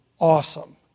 awesome